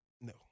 No